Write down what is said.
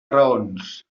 raons